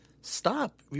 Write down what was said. stop